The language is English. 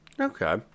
Okay